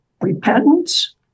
repentance